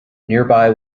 nearby